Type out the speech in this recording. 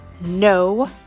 no